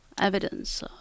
evidence